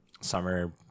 summer